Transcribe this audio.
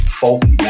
faulty